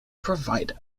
provider